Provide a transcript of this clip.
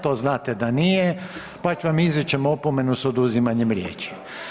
To znate da nije, pa vam izričem opomenu sa oduzimanjem riječi.